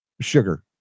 sugar